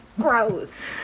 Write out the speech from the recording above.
gross